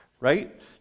right